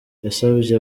yasabye